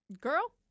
Girl